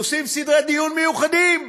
עושים סדרי דיון מיוחדים,